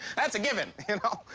that's a given. you and